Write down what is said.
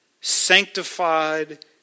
Sanctified